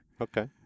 Okay